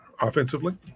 offensively